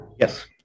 yes